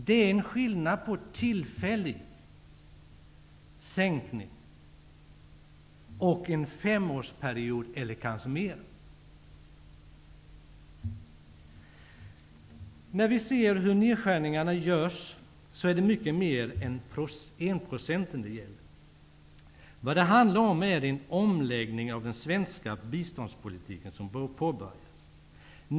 Det är skillnad på en tillfällig sänkning och en sänkning under en femårsperiod eller kanske längre tid. Vi kan på nedskärningarna se att det är fråga om mycket mer än att enprocentsmålet skall överges. Det handlar om en påbörjad omläggning av den svenska biståndspolitiken.